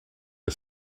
the